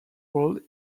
role